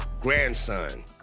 Grandson